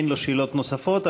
אין לו שאלות נוספות,